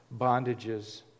bondages